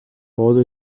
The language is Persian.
باد